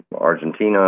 Argentina